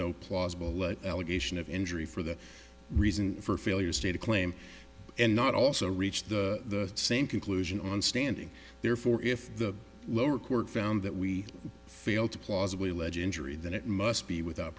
no plausible let allegation of injury for the reason for failure state a claim and not also reach the same conclusion on standing therefore if the lower court found that we failed to plausibly legit injury then it must be without